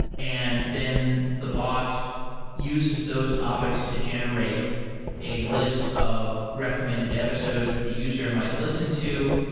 and then the bot uses those topics to generate a list of recommended episodes that the user might listen to.